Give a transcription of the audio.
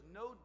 no